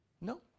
No